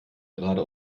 gerade